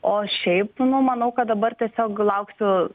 o šiaip nu manau kad dabar tiesiog lauksiu